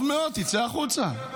טוב מאוד, תצא החוצה.